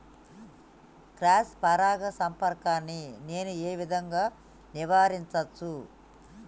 Cross పరాగ సంపర్కాన్ని నేను ఏ విధంగా నివారించచ్చు?